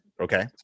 Okay